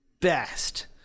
best